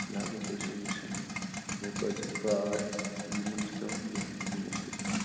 لہذا تُہۍ چھِو وُچھن یپٲرۍ چھِ ژرٛاٹھ یِمن چھُ پیٚوان دِیُن پوٚنٛسہٕ